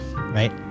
right